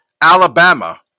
alabama